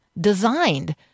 designed